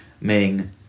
Ming